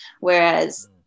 Whereas